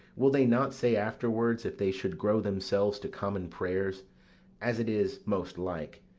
will they not say afterwards, if they should grow themselves to common players as it is most like,